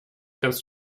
kannst